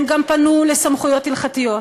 הם גם פנו לסמכויות הלכתיות,